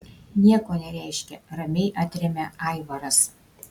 nieko nereiškia ramiai atremia aivaras